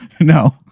No